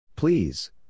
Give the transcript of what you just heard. Please